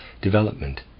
development